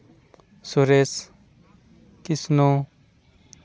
Suresh Kisno